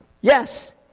Yes